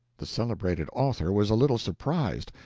the celebrated author was a little surprised,